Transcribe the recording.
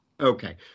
Okay